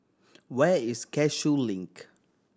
where is Cashew Link